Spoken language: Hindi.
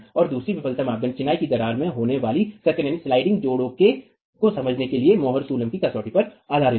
और दूसरी विफलता मापदंड चिनाई की दीवार में होने वाले सर्कन जोड़ को समझाने के लिए मोहर कूलम्ब की कसौटी पर आधारित है